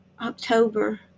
october